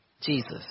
jesus